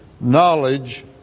Knowledge